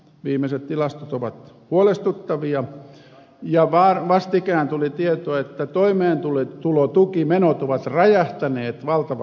viimeiset tilastot ovat huolestuttavia ja vastikään tuli tieto että toimeentulotukimenot ovat räjähtäneet valtavaan kasvuun